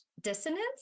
dissonance